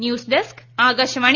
news desk Akashvani